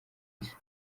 isi